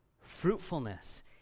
fruitfulness